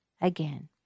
again